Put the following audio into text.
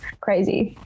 crazy